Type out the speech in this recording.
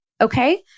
okay